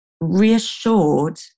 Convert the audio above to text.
reassured